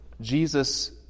Jesus